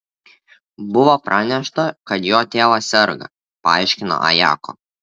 buvo pranešta kad jo tėvas serga paaiškino ajako